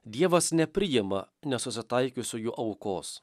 dievas nepriima nesusitaikius su juo aukos